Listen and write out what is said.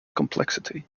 complexity